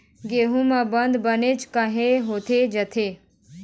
गेहूं म बंद बनेच काहे होथे जाथे?